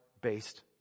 based